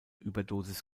überdosis